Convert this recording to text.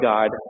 God